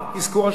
אזכור השמות,